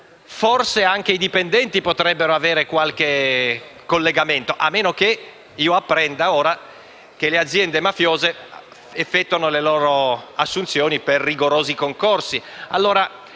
forse anche i suoi dipendenti potrebbero avere qualche collegamento, a meno che io apprenda ora che le aziende mafiose effettuano le loro assunzioni attraverso rigorosi concorsi.